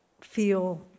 feel